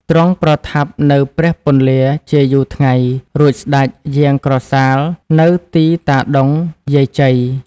ទ្រង់ប្រថាប់នៅព្រះពន្លាជាយូរថ្ងៃ រួចស្ដេចយាងក្រសាលនៅទីតាដុង យាយជ័យ